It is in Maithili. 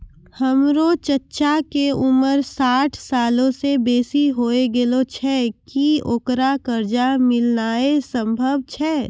हमरो चच्चा के उमर साठ सालो से बेसी होय गेलो छै, कि ओकरा कर्जा मिलनाय सम्भव छै?